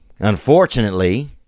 Unfortunately